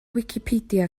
wicipedia